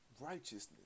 righteousness